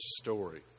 story